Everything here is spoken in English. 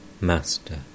Master